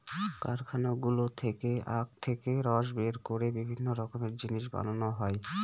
কারখানাগুলো থেকে আখ থেকে রস বের করে বিভিন্ন রকমের জিনিস বানানো হয়